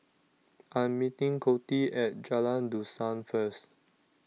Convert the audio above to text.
I Am meeting Coty At Jalan Dusan First